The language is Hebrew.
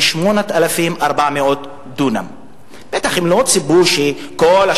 קבלה לאוניברסיטה מתבססת על בגרות או תעודה שווה.